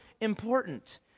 important